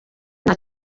nta